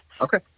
Okay